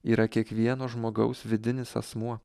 yra kiekvieno žmogaus vidinis asmuo